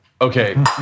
okay